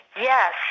Yes